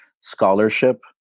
scholarship